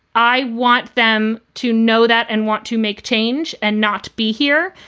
i want them to know that and want to make change and not be here.